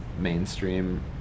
mainstream